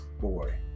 boy